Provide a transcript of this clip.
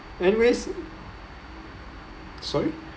anyways sorry